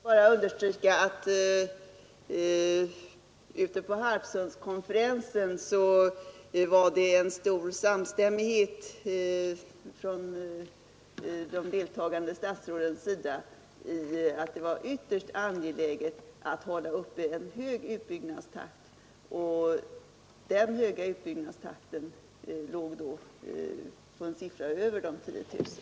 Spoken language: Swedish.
Fru talman! Jag vill bara understryka att det på Harpsundskonferensen rådde stor samstämmighet från de deltagande statsrådens sida om att att det är ytterst angeläget att hålla uppe en hög utbyggnadstakt och den höga utbyggnadstakt som där avsågs låg på en siffra över de 10 000.